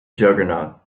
juggernaut